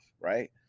right